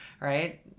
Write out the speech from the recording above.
right